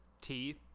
teeth